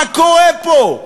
מה קורה פה?